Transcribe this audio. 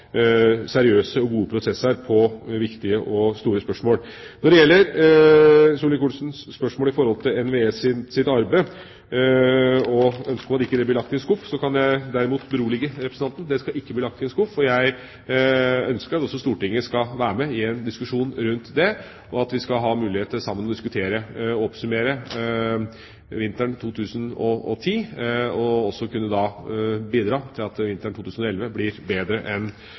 seriøse og gode prosesser på viktige og store spørsmål. Når det gjelder Solvik-Olsens spørsmål om NVEs arbeid og ønske om at det ikke blir lagt i en skuff, kan jeg derimot berolige representanten. Det skal ikke bli lagt i en skuff. Jeg ønsker at også Stortinget skal være med i en diskusjon rundt det, og at vi skal ha mulighet til sammen å diskutere og oppsummere vinteren 2010, og også kunne bidra til at vinteren 2011 blir bedre enn